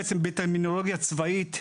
בטרמינולוגיה צבאית,